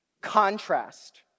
contrast